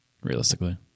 realistically